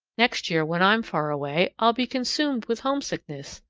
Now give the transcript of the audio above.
next year, when i'm far away, i'll be consumed with homesickness,